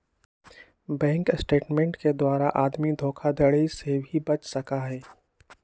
bank statement के द्वारा आदमी धोखाधडी से भी बच सका हई